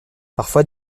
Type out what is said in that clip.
parfois